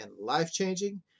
life-changing